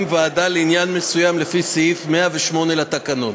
ועדה לעניין מסוים לפי סעיף 108 לתקנון.